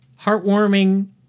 heartwarming